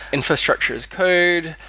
infrastructure as code.